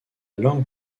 langue